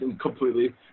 completely